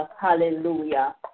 hallelujah